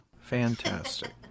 Fantastic